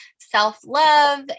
self-love